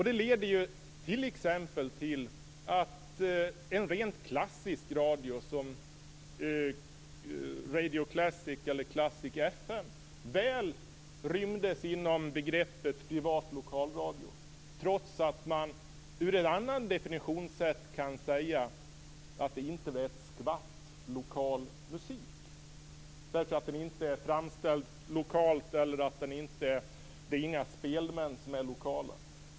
Det ledde t.ex. till att rent klassisk radio som Radio Classic eller Classic FM väl rymdes inom begreppet privat lokalradio trots att man med ett annat definitionssätt kan säga att det inte var ett skvatt lokal musik, eftersom den inte var framställd lokalt eller det inte var några spelmän som är lokala.